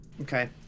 Okay